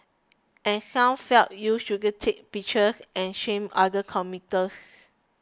and some felt you shouldn't take pictures and shame other commuters